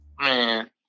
man